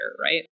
right